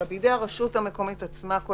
אלא בידי הרשות המקומית עצמה.